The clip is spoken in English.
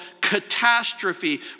catastrophe